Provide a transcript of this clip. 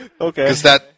Okay